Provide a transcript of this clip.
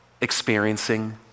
experiencing